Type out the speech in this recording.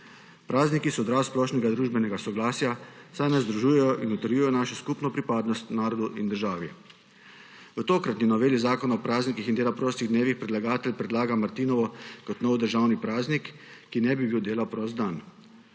Prazniki so odraz splošnega družbenega soglasja, saj nas združujejo in utrjujejo našo skupno pripadnost narodu in državi. V tokratni noveli Zakona o praznikih in dela prostih dnevih predlagatelj predlaga martinovo kot nov državni praznik, ki ne bi bil dela prost dan.